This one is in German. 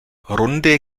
runde